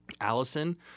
Allison